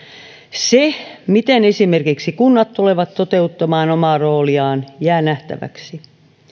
se miten esimerkiksi kunnat tulevat toteuttamaan omaa rooliaan jää nähtäväksi